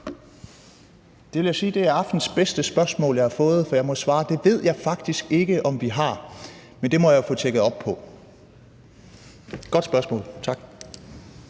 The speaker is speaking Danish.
Jeg vil sige, det er det bedste spørgsmål, jeg har fået i aften, for jeg må svare: Det ved jeg faktisk ikke om vi har, men det må jeg jo få tjekket op på. Godt spørgsmål – tak.